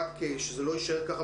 אבל רק כדי שזה לא יישאר באוויר